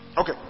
Okay